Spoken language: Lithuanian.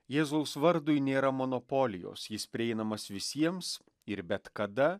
jėzaus vardui nėra monopolijos jis prieinamas visiems ir bet kada